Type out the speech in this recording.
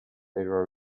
their